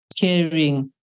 caring